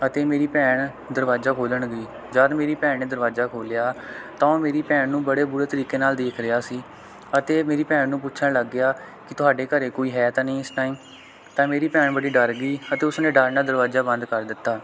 ਅਤੇ ਮੇਰੀ ਭੈਣ ਦਰਵਾਜ਼ਾ ਖੋਲ੍ਹਣ ਗਈ ਜਦ ਮੇਰੀ ਭੈਣ ਨੇ ਦਰਵਾਜ਼ਾ ਖੋਲ੍ਹਿਆ ਤਾਂ ਉਹ ਮੇਰੀ ਭੈਣ ਨੂੰ ਬੜੇ ਬੁਰੇ ਤਰੀਕੇ ਨਾਲ ਦੇਖ ਰਿਹਾ ਸੀ ਅਤੇ ਮੇਰੀ ਭੈਣ ਨੂੰ ਪੁੱਛਣ ਲੱਗ ਗਿਆ ਕਿ ਤੁਹਾਡੇ ਘਰ ਕੋਈ ਹੈ ਤਾਂ ਨਹੀਂ ਇਸ ਟਾਈਮ ਤਾਂ ਮੇਰੀ ਭੈਣ ਬੜੀ ਡਰ ਗਈ ਅਤੇ ਉਸਨੇ ਡਰ ਨਾਲ ਦਰਵਾਜ਼ਾ ਬੰਦ ਕਰ ਦਿੱਤਾ